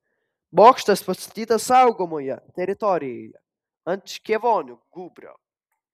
bokštas pastatytas saugomoje teritorijoje ant škėvonių gūbrio